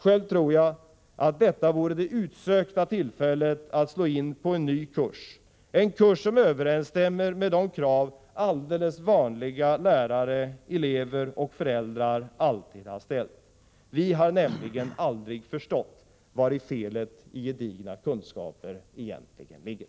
Själv tror jag att detta vore det utsökta tillfället att slå in på en ny kurs, en kurs som överensstämmer med de krav alldeles vanliga lärare, elever och föräldrar alltid har ställt. Vi har nämligen aldrig förstått vari felet med gedigna kunskaper egentligen ligger.